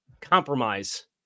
compromise